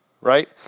right